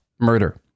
murder